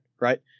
right